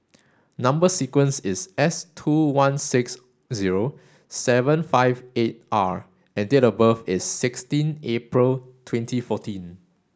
number sequence is S two one six zero seven five eight R and date of birth is sixteen April twenty fourteen